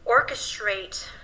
orchestrate